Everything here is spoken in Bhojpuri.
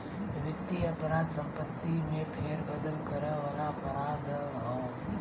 वित्तीय अपराध संपत्ति में फेरबदल करे वाला अपराध हौ